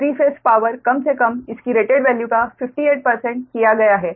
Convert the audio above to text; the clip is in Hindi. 3 फेस पावर कम से कम इसकी रेटेड वैल्यू का 58 किया गया है